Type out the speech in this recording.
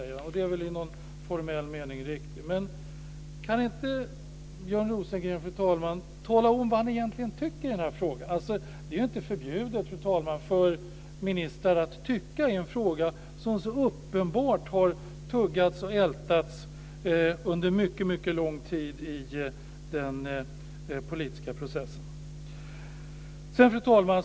Det är väl i någon formell mening riktigt, men kan inte Björn Rosengren tala om vad han egentligen tycker i den här frågan? Det är, fru talman, inte förbjudet för ministrar att tycka i en fråga som under mycket lång tid har tuggats och ältats i den politiska processen. Fru talman!